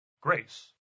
Grace